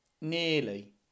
nearly